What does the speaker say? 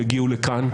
יגיעו לכאן.